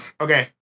Okay